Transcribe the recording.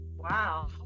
wow